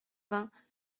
vingt